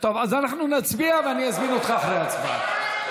אז נצביע, ואזמין אותך אחרי ההצבעה.